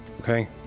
Okay